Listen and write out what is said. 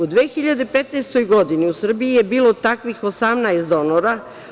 U 2015. godini u Srbiji je bilo takvih 18 donora.